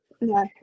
No